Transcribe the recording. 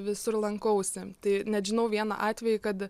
visur lankausi tai net žinau vieną atvejį kad